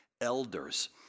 elders